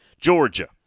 Georgia